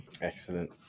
excellent